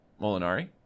Molinari